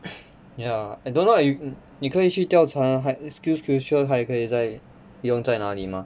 ya I don't know what you can 你可以去调查还 SkillsFuture 还可以再用在那里吗